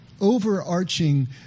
overarching